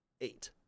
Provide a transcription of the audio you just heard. eight